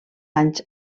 anys